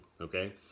Okay